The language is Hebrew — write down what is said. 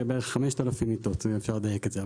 בערך 5,000 מיטות, זה אפשר לדייק את זה.